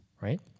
right